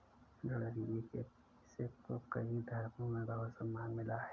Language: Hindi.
गरेड़िया के पेशे को कई धर्मों में बहुत सम्मान मिला है